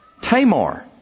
Tamar